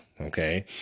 Okay